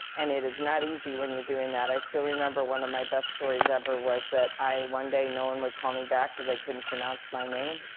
and it is not easy when you're doing that. i still remember one of my best stories ever was that one day, no one would call me back because they couldn't pronounce my name,